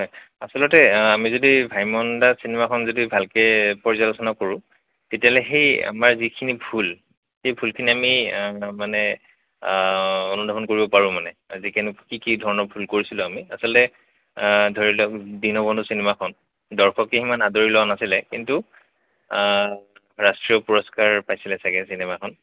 হয় আচলতে আমি যদি ভাইমন দা চিনেমাখন যদি ভালকে পৰ্যালোচনা কৰোঁ তেতিয়াহ'লে সেই আমাৰ যিখিনি ভুল সেই ভুলখিনি আমি মানে অনুধাৱন কৰিব পাৰোঁ মানে যি কি কি ধৰণৰ ভুল কৰিছিলোঁ আমি আচলতে ধৰি লওক দীনবন্ধু চিনেমাখন দৰ্শকে সিমান আদৰি লোৱা নাছিলে কিন্তু ৰাষ্ট্ৰীয় পুৰস্কাৰ পাইছিলে চাগে চিনেমাখন